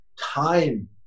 time